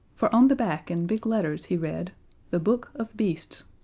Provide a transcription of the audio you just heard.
for on the back in big letters he read the book of beasts.